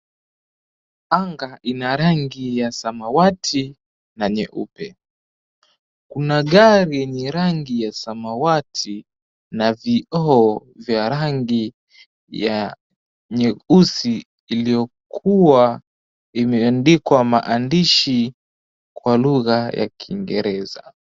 Anga ina rangi ya samawati na nyeupe. Kuna gari yenye rangi ya samawati na vioo vya rangi ya nyeusi iliyokuwa imeandikwa maandishi kwa lugha ya kiingereza.